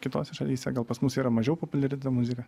kitose šalyse gal pas mus yra mažiau populiari muzika